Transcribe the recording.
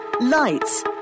Lights